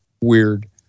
weird